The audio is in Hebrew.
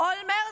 אולמרט